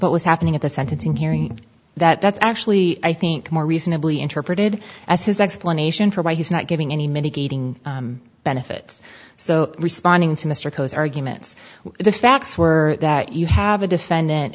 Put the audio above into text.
what was happening at the sentencing hearing that that's actually i think more reasonably interpreted as his explanation for why he's not giving any mitigating benefits so responding to mr arguments if the facts were that you have a defendant